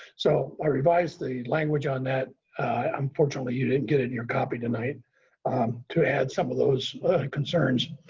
so i revised the language on that unfortunately, you didn't get in your copy tonight to add some of those concerns.